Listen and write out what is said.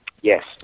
Yes